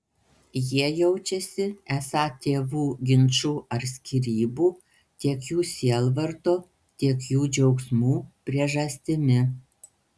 jie jaučiasi esą tėvų ginčų ar skyrybų tiek jų sielvarto tiek jų džiaugsmų priežastimi